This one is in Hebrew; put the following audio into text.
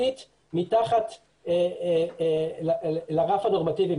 משמעותית מתחת לרף הנורמטיבי.